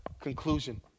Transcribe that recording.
conclusion